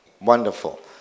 Wonderful